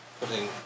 putting